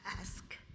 ask